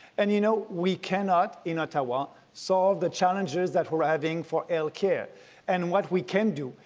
and, you know, we cannot in ottawa solve the challenges that we're having for healthcare. and what we can do,